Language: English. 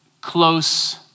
close